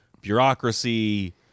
bureaucracy